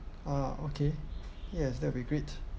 ah okay yes that will be great